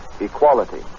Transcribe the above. equality